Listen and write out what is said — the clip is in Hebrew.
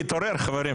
להתעורר, חברים.